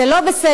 זה לא בסדר,